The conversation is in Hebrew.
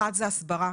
אחד, זה הסברה.